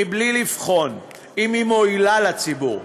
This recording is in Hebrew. מבלי לבחון אם הן מועילות לציבור.